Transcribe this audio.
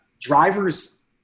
drivers